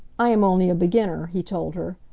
i am only a beginner, he told her.